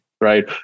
right